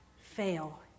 fail